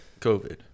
COVID